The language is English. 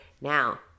Now